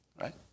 right